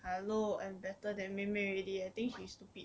hello I'm better than 妹妹 already I think she's stupid